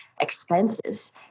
expenses